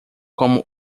como